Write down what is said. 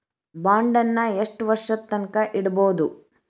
ಬಾಂಡನ್ನ ಯೆಷ್ಟ್ ವರ್ಷದ್ ತನ್ಕಾ ಇಡ್ಬೊದು?